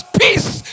peace